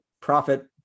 profit